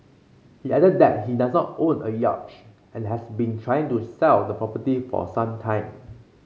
he added that he does not own a yacht and has been trying to sell the property for some time